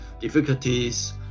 difficulties